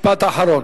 משפט אחרון.